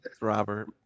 Robert